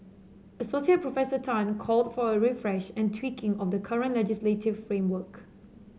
association Professor Tan called for a refresh and tweaking of the current legislative framework